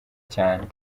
cane